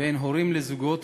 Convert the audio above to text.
והן הורים לזוגות,